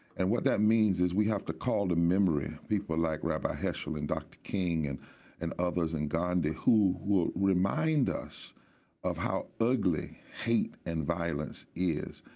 and what that means is we have to call to memory people like rabbi heschel and dr. king and and others and gandhi, who will remind us of how ugly hate and violence is.